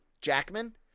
Jackman